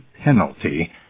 penalty